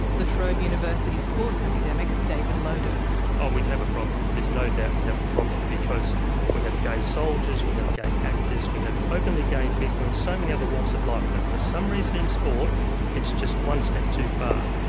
la trobe university sports academic david lowden ah we have a problem, there's no doubt we have a problem, because we have gay soldiers, we have gay actors, we have openly gay people in so many other walks of life, but for some reason in sport it's just one step too far.